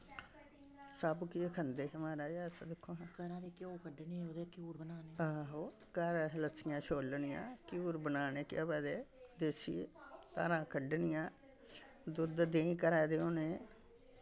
सब्भ किश खंदे हे म्हाराज अस दिक्खो हां आहो घर अस लस्सियां छोलनिआं घ्यूर बनाने घ्योआ दे देसी धारां कड्ढनियां दुद्ध देहीं घरा दे होने